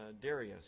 Darius